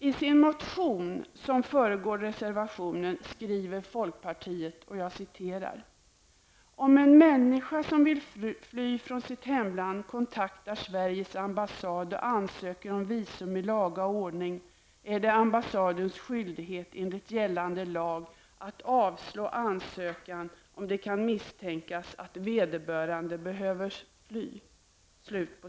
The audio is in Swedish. I sin motion som föregår reservationen skriver folkpartiet: ''Om en människa som vill fly från sitt hemland kontaktar Sveriges ambassad och ansöker om visum ilaga ordning är det ambassadens skyldighet enligt gällande lag att avslå ansökan, om det kan misstänkas att vederbörande behöver fly.''